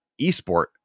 esport